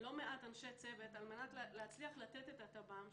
לא מעט אנשי צוות על מנת להצליח לתת את הטב"ם,